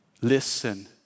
Listen